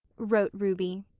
wrote ruby.